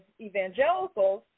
evangelicals